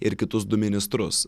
ir kitus du ministrus